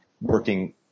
working